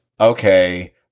okay